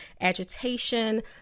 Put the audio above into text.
agitation